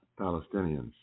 Palestinians